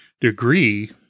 degree